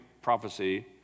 prophecy